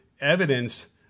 evidence